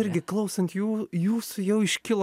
irgi klausant jų jūsų jau iškilo